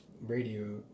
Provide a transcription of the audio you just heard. radio